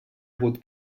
hagut